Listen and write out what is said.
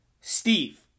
Steve